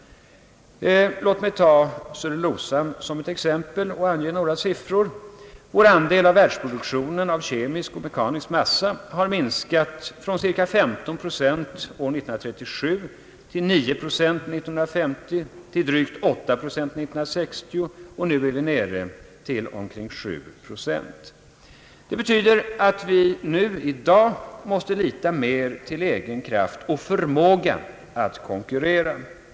Låt mig ta cellulosan som exempel och ange några siffror. Vår andel av världsproduktionen av kemisk och mekanisk massa har minskat från cirka 15 procent år 1937 till 9 procent år 1950, till drygt 8 procent år 1960, och nu är den nere i cirka 7 procent. Det betyder att vi i dag måste lita mer till egen kraft och förmåga att konkurrera.